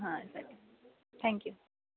हां चालेल थँक्यू